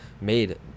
made